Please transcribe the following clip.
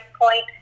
point